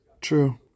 True